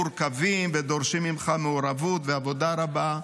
מורכבים ודורשים ממך מעורבות ועבודה רבה,